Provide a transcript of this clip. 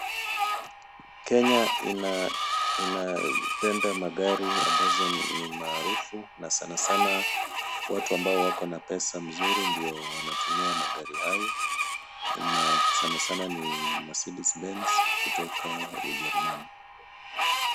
Kenya inapenda magari ambazo ni maarufu na sana sana watu ambao wako na pesa mzuri ndio wanatumia magari hayo na sana sana ni Mercedes benz kutoka Ujerumani.